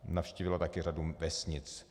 Navštívila také řadu vesnic.